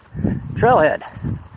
trailhead